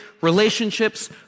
relationships